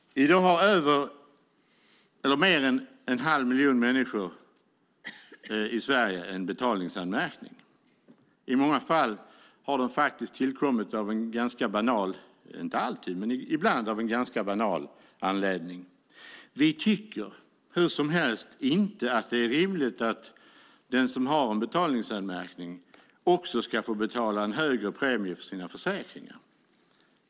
I dag har mer än en halv miljon människor i Sverige en betalningsanmärkning. Ibland men inte alltid har de tillkommit av en ganska banal anledning. Vi tycker hur som helst inte att det är rimligt att den som har en betalningsanmärkning också ska få betala en högre premie för sina försäkringar.